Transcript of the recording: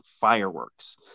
fireworks